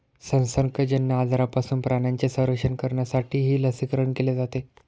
संसर्गजन्य आजारांपासून प्राण्यांचे संरक्षण करण्यासाठीही लसीकरण केले जाते